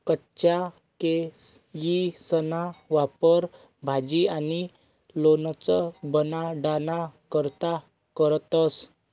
कच्चा केयीसना वापर भाजी आणि लोणचं बनाडाना करता करतंस